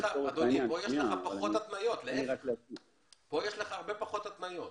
אדוני, פה יש לך הרבה פחות התניות.